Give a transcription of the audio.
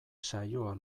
saioa